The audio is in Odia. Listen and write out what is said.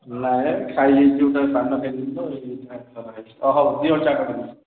ନାହିଁ ନାହିଁ ଖାଇ ଗୋଟେ ପାନ ଖାଇଦେଇଛି ତ ଓ ହଉ ଦିଅ ଚାଟ୍ କରିକି